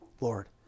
Lord